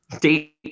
date